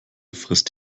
frisst